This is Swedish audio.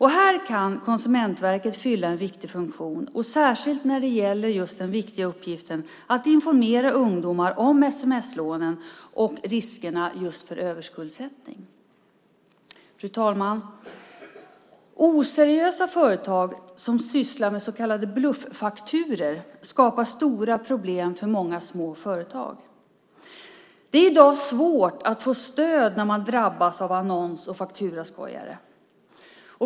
Här kan Konsumentverket fylla en viktig funktion, särskilt när det gäller just den viktiga uppgiften att informera ungdomar om sms-lånen och riskerna just för överskuldsättning. Fru talman! Oseriösa företag som sysslar med så kallade bluffakturor skapar stora problem för många små företag. Det är i dag svårt att få stöd när man drabbas av annons och fakturaskojare.